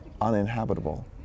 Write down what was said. uninhabitable